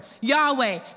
Yahweh